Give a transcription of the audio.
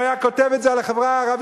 אם הוא היה כותב את זה על החברה הערבית,